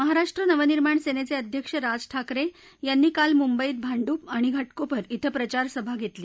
महाराष्ट्र नवनिर्माण सेनेचे अध्यक्ष राज ठाकरे यांनी काल मुंबईत भांडुप आणि घाटकोपर इथं प्रचार सभा घेतली